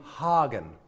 Hagen